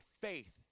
faith